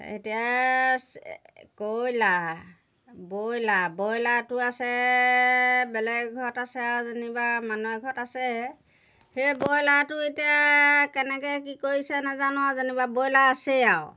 এতিয়া কয়লা ব্ৰইলাৰ ব্ৰইলাৰটো আছে বেলেগ এঘৰত আছে আৰু যেনিবা মানুহে এঘৰত আছে সেই ব্ৰইলাৰটো এতিয়া কেনেকৈ কি কৰিছে নাজানো আৰু যেনিবা ব্ৰইলাৰ আছেই আৰু